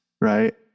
right